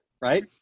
Right